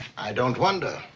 i don't wonder.